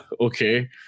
okay